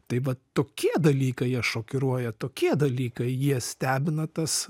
tai va tokie dalykai jie šokiruoja tokie dalykai jie stebina tas